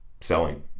selling